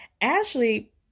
Ashley